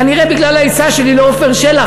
כנראה בגלל העצה שלי לעפר שלח,